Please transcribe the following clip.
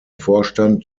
vorstand